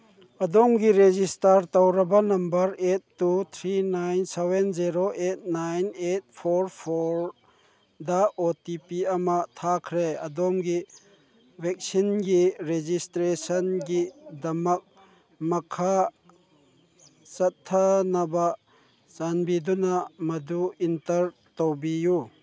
ꯑꯗꯣꯝꯒꯤ ꯔꯦꯖꯤꯁꯇꯔ ꯇꯧꯔꯕ number eight two three nine seven zero eight nine eight four ꯐꯣꯔꯗ O T P ꯑꯃ ꯊꯥꯈ꯭ꯔꯦ ꯑꯗꯣꯝꯒꯤ ꯚꯦꯛꯁꯤꯟꯒꯤ ꯔꯦꯖꯤꯁꯇ꯭ꯔꯦꯁꯟꯒꯤꯗꯃꯛ ꯃꯈꯥ ꯆꯠꯊꯅꯕ ꯆꯥꯟꯕꯤꯗꯨꯅ ꯃꯗꯨ ꯏꯟꯇꯔ ꯇꯧꯕꯤꯌꯨ